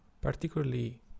particularly